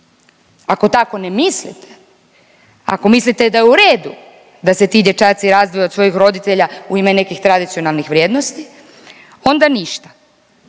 Ako tako ne mislite, ako mislite da je u redu da se ti dječaci razdvoje od svojih roditelja u ime nekih tradicionalnih vrijednosti onda ništa,